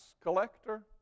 collector